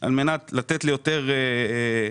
על מנת לתת ליותר אנשים?